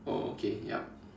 oh okay yup